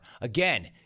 Again